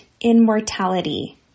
immortality